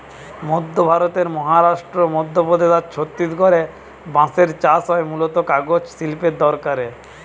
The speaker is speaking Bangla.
মধ্য ভারতের মহারাষ্ট্র, মধ্যপ্রদেশ আর ছত্তিশগড়ে বাঁশের চাষ হয় মূলতঃ কাগজ শিল্পের দরকারে